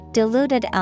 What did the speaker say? Diluted